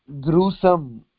gruesome